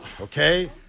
okay